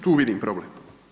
Tu vidim problem.